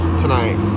tonight